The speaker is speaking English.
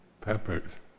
peppers